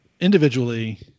individually